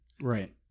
Right